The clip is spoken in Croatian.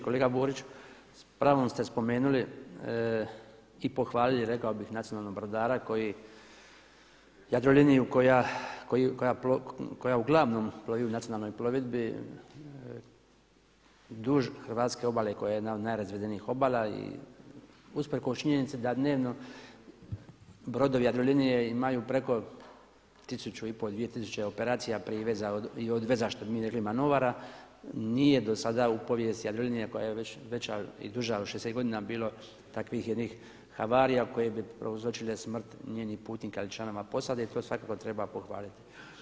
Kolega Borić, s pravom ste spomenuli i pohvalili rekao bih nacionalnog brodara koji Jadroliniju koja uglavnom plovi u nacionalnoj plovidbi duž hrvatske obale koja je jedna od najrazvedenijih obala i usprkos činjenici da dnevno brodovi Jadrolinije imaju preko tisuću i pol, dvije tisuće operacija priveza i odveza što bi mi rekli manovara, nije do sada u povijesti Jadrolinije koja je veća i duža od 60 godina bilo takvih jednih havarija koje bi prouzročile smrt njenih putnika ili članova posade, to svakako treba pohvaliti.